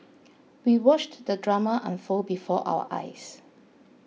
we watched the drama unfold before our eyes